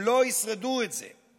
הם לא ישרדו את זה.